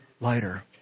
lighter